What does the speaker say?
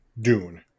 Dune